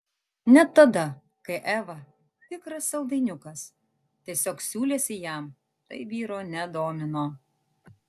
net tada kai eva tikras saldainiukas tiesiog siūlėsi jam tai vyro nedomino